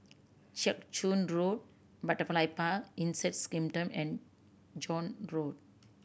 Jiak Chuan Road Butterfly Park Insect Kingdom and Joan Road